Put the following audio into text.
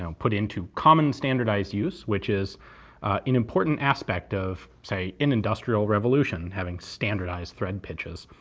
um put into common standardised use. which is an important aspect of, say, an industrial revolution, having standardised thread pitches.